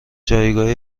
جایگاه